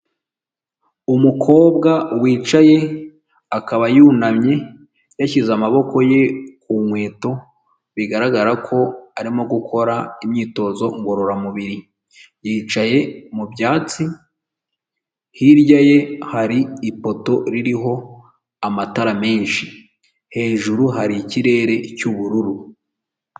Umukobwa wicaye akaba yunamye yashyize amaboko ye ku nkweto, bigaragara ko arimo gukora imyitozo ngororamubiri, yicaye mu byatsi hirya ye hari ipoto ririho amatara menshi, hejuru hari ikirere cy'ubururu.